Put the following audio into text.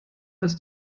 ist